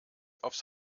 aufs